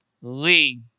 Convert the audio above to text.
Lee